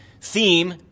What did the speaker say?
theme